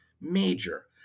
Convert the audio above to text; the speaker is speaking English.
Major